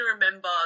remember